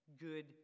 good